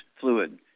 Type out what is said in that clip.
fluid